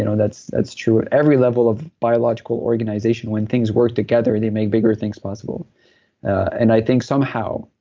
and and that's that's true at every level of biological organization. when things work together, they make bigger things possible and i think somehow,